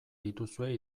dituzue